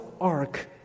Ark